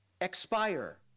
expire